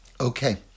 Okay